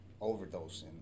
overdosing